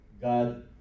God